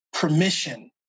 permission